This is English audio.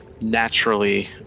naturally